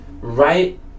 right